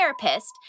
therapist